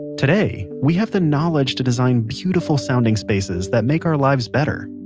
today, we have the knowledge to design beautiful sounding spaces that make our lives better.